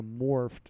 morphed